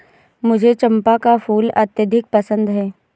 मुझे चंपा का फूल अत्यधिक पसंद है